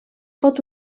pot